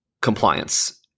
compliance